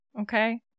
Okay